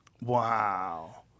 Wow